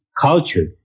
culture